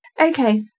Okay